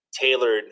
tailored